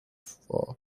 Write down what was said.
for